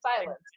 silence